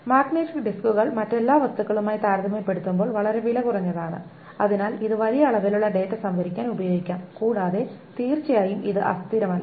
magnetic ഡിസ്കുകൾ മറ്റെല്ലാ വസ്തുക്കളുമായി താരതമ്യപ്പെടുത്തുമ്പോൾ വളരെ വിലകുറഞ്ഞതാണ് അതിനാൽ ഇത് വലിയ അളവിലുള്ള ഡാറ്റ സംഭരിക്കാൻ ഉപയോഗിക്കാം കൂടാതെ തീർച്ചയായും ഇത് അസ്ഥിരമല്ല